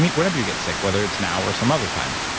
whenever you get sick whether it's now or some other time.